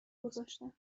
گذاشتم